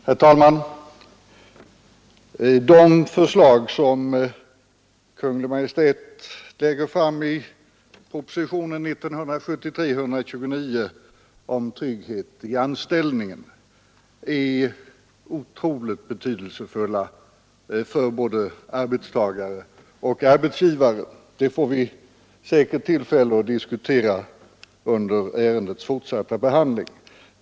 Herr talman! De förslag som Kungl. Maj:t lägger fram i propositionen 129 om trygghet i anställningen är synnerligen betydelsefulla för både arbetstagare och arbetsgivare. Det får vi säkert tillfälle att diskutera under ärendets fortsatta behandling.